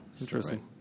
Interesting